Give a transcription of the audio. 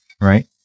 right